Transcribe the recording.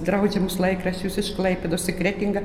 draudžiamus laikraščius iš klaipėdos į kretingą